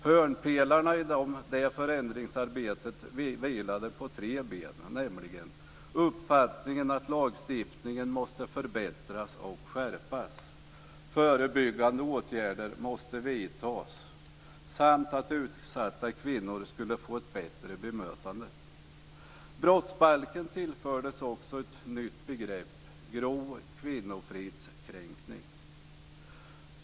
Hörnpelarna i det förändringsarbetet vilade på tre ben: att lagstiftningen måste förbättras och skärpas, att förebyggande åtgärder måste vidtas samt att utsatta kvinnor skulle få ett bättre bemötande. Brottsbalken tillfördes också ett nytt begrepp: grov kvinnofridskränkning.